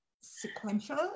sequential